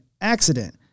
accident